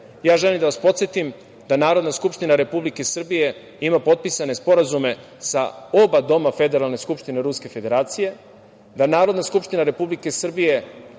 Želim da vas podsetim da Narodna skupština Republike Srbije ima potpisane sporazume sa oba doma Federalne skupštine Ruske Federacije, da Narodna skupština Republike Srbije